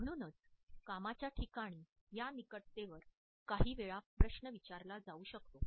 म्हणूनच कामाच्या ठिकाणी या निकटतेवर काहीवेळा प्रश्न विचारला जाऊ शकतो